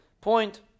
point